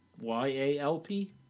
Y-A-L-P